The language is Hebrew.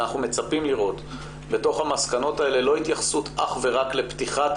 שאנחנו מצפים לראות בתוך המסקנות האלה לא התייחסות אך ורק לפתיחת